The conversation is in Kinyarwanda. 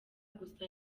gusa